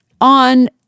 on